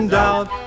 doubt